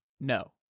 No